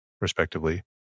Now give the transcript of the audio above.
respectively